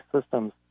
systems